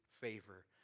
favor